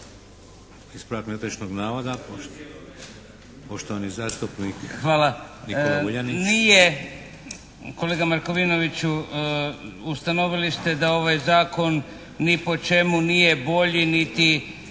Ispravak netočnog navoda, poštovani zastupnik Nikola Vuljanić.